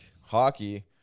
hockey